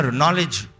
knowledge